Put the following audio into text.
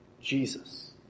Jesus